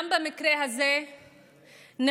גם במקרה הזה הרשויות